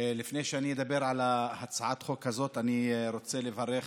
לפני שאדבר על הצעת החוק הזאת אני רוצה לברך